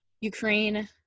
Ukraine